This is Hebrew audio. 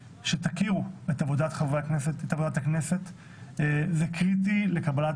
שתכירו את עבודת חברי הכנסת, זה קריטי לצורך קבלת